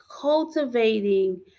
cultivating